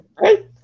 right